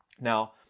Now